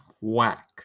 whack